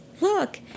look